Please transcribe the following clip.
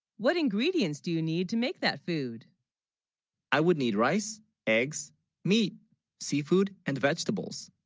what ingredients do you need to make that food i would need rice eggs meat seafood and vegetables